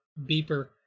beeper